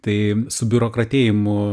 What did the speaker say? tai su biurokratėjimu